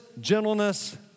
gentleness